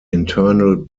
internal